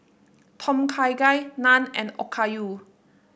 Tom Kha Gai Naan and Okayu